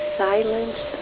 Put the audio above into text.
silence